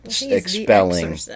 expelling